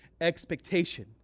expectation